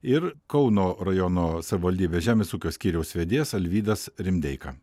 ir kauno rajono savivaldybės žemės ūkio skyriaus vedėjas alvydas rimdeika